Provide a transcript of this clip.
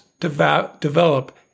develop